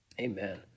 Amen